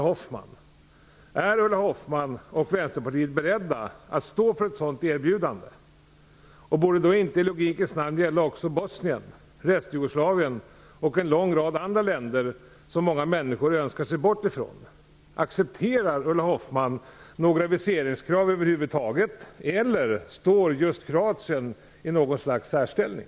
Hoffmann och Vänsterpartiet beredda att stå för ett sådant erbjudande? Borde det då inte i logikens namn gälla också Bosnien, Restjugoslavien och en lång rad andra länder, som många människor önskar sig bort ifrån? Accepterar Ulla Hoffman några viseringskrav över huvud taget eller har just Kroatien något slags särställning?